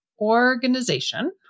Organization